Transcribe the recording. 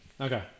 Okay